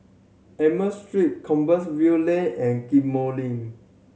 Amoy Street Compassvale Lane and Ghim Moh Link